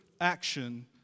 action